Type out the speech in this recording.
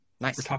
nice